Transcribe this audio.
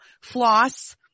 floss